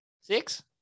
Six